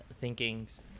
thinking's